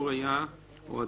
כלומר,